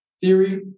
theory